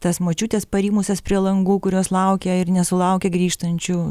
tas močiutes parimusias prie langų kurios laukia ir nesulaukia grįžtančių